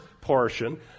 portion